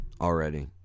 already